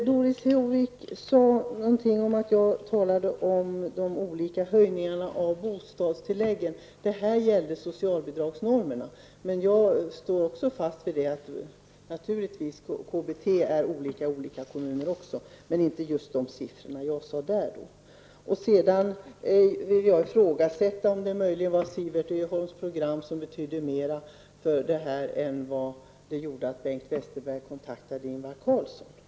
Herr talman! Doris Håvik sade att jag talade om de olika höjningarna av bostadstilläggen. Det gällde socialbidragsnormerna. Jag står naturligtvis också fast vid att KBT är olika i olika kommuner. Men då gäller inte just de siffror jag nämnde. Sedan undrar jag om Siwert Öholms program möjligen betydde mer för detta än det faktum att Bengt Westerberg kontaktade Ingvar Carlsson.